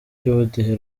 cy’ubudehe